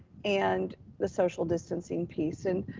and the social distancing piece. and